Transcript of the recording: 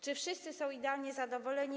Czy wszyscy są idealnie zadowoleni?